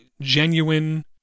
genuine